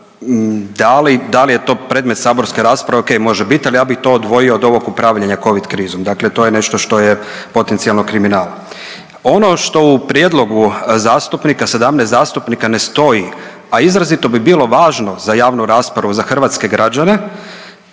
da li je to predmet saborske rasprave o.k. može biti, ali ja bih to odvojio od ovog upravljanja covid krizom. Dakle, to je nešto što je potencijalno kriminal. Ono što u prijedlogu zastupnika, 17 zastupnika ne stoji, a izrazito bi bilo važno za javnu raspravu, za hrvatske građane